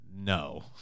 no